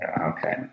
Okay